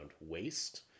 waste